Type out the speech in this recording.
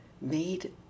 made